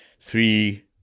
three